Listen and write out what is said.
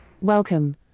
welcome